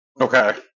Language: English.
Okay